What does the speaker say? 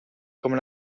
come